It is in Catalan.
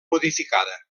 modificada